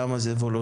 למה זה וולונטרי?